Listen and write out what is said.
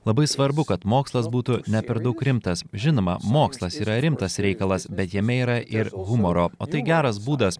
labai svarbu kad mokslas būtų ne per daug rimtas žinoma mokslas yra rimtas reikalas bet jame yra ir humoro o tai geras būdas